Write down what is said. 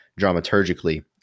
dramaturgically